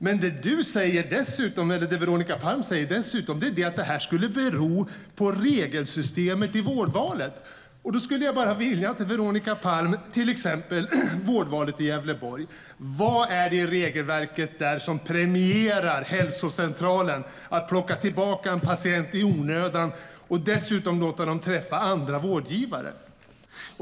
Men det Veronica Palm dessutom säger är att detta skulle bero på regelsystemet i vårdvalet. Då skulle jag bara vilja ställa en fråga till Veronica Palm när det till exempel gäller vårdvalet i Gävleborg: Vad är det i regelverket där som premierar hälsocentralen om de plockar tillbaka en patient i onödan och dessutom låter dem träffa andra vårdgivare?